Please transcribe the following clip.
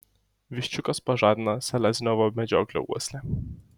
viščiukas pažadina selezniovo medžioklio uoslę